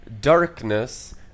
darkness